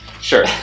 sure